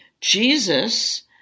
Jesus